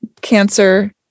cancer